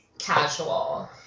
casual